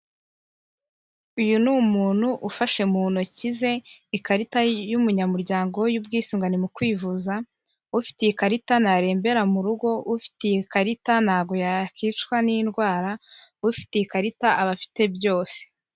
Uyu ni umuntu ufashe mu ntoki ze ikarita y'umunyamuryango y'ubwisungane mu kwivuza, ufite iyi ikarita ntarembera mu rugo, ufite iyi karita ntabwo yakicwa n'indwara, ufite iyi karita aba afite byose.